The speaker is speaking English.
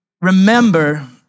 remember